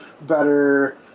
better